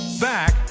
Back